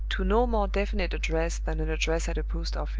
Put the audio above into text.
to no more definite address than an address at a post-office.